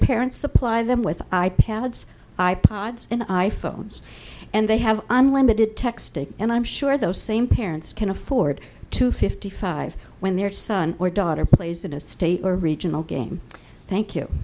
supply them with i pads i pods and i phones and they have unlimited texting and i'm sure those same parents can afford to fifty five when their son or daughter plays in a state or regional game thank you